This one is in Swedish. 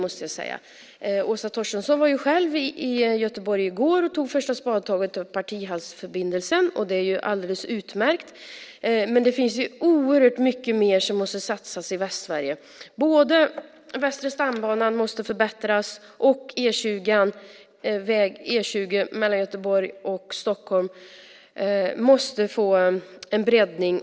Åsa Torstensson var ju i Göteborg i går och tog det första spadtaget för Partihallsförbindelsen. Det är alldeles utmärkt. Men det är oerhört mycket mer som det behöver satsas på i Västsverige. Västra stambanan måste förbättras, och E 20 mellan Göteborg och Stockholm måste få en breddning.